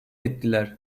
ettiler